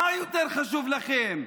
מה יותר חשוב לכם,